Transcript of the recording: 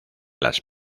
las